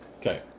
Okay